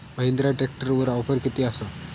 महिंद्रा ट्रॅकटरवर ऑफर किती आसा?